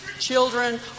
Children